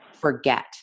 forget